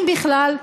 אם בכלל,